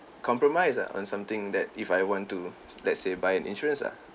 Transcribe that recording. compromise ah on something that if I want to let's say buy an insurance ah